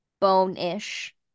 bone-ish